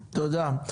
תודה.